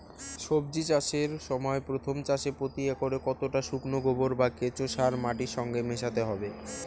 সবজি চাষের সময় প্রথম চাষে প্রতি একরে কতটা শুকনো গোবর বা কেঁচো সার মাটির সঙ্গে মেশাতে হবে?